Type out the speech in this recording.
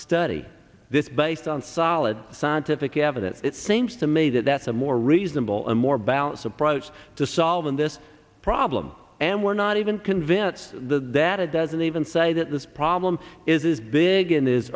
study this based on solid scientific evidence it seems to me that that's a more reasonable and more balanced approach to solving this problem and we're not even convinced the data doesn't even say that this problem is big and is